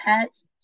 pets